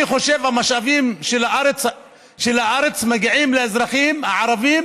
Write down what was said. אני חושב שהמשאבים של הארץ מגיעים לאזרחים הערבים